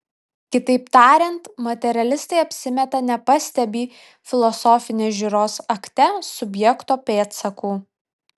kitaip tariant materialistai apsimeta nepastebį filosofinės žiūros akte subjekto pėdsakų